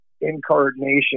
incarnation